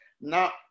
Now